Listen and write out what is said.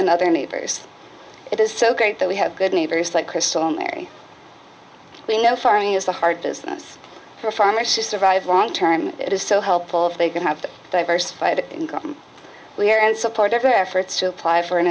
and other neighbors it is so great that we have good neighbors like christo mary we know farming is a hard business for a farmer she survives long term it is so helpful if they can have the diversified income we are in support of their efforts to apply for